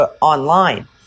online